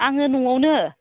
आङो न'आवनो